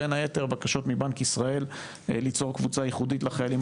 בין היתר בקשות מבנק ישראל ליצור קבוצה ייחודית לחיילים